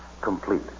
complete